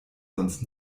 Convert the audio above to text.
sonst